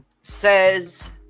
says